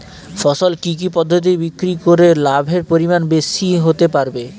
ফসল কি কি পদ্ধতি বিক্রি করে লাভের পরিমাণ বেশি হতে পারবে?